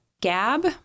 Gab